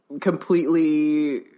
completely